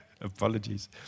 apologies